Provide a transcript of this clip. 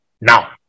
now